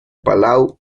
palau